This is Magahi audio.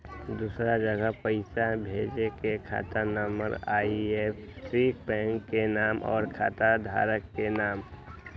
दूसरा जगह पईसा भेजे में खाता नं, आई.एफ.एस.सी, बैंक के नाम, और खाता धारक के नाम?